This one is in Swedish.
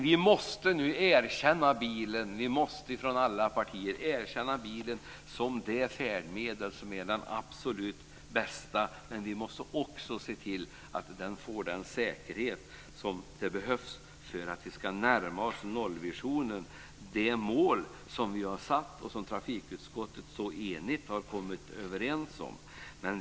Vi måste nu från alla partier erkänna bilen som det färdmedel som är det absolut bästa. Men vi måste också se till att vi får den säkerhet som behövs för att vi ska närma oss nollvisionen, det mål vi har satt och som trafikutskottet så enigt har kommit överens om.